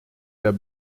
der